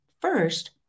first